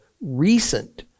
recent